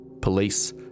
Police